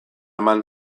eman